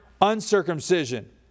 uncircumcision